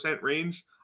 range